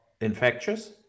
infectious